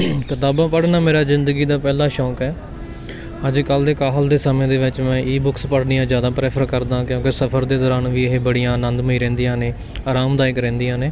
ਕਿਤਾਬਾਂ ਪੜ੍ਹਨਾ ਮੇਰਾ ਜ਼ਿੰਦਗੀ ਦਾ ਪਹਿਲਾ ਸ਼ੌਕ ਹੈ ਅੱਜ ਕੱਲ੍ਹ ਦੇ ਕਾਹਲ ਦੇ ਸਮੇਂ ਦੇ ਵਿੱਚ ਮੈਂ ਈ ਬੁੱਕਸ ਪੜ੍ਹਨੀਆਂ ਜ਼ਿਆਦਾ ਪ੍ਰੈਫਰ ਕਰਦਾ ਕਿਉਂਕਿ ਸਫ਼ਰ ਦੇ ਦੌਰਾਨ ਵੀ ਇਹ ਬੜੀਆਂ ਆਨੰਦਮਈ ਰਹਿੰਦੀਆਂ ਨੇ ਅਰਾਮਦਾਇਕ ਰਹਿੰਦੀਆਂ ਨੇ